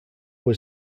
was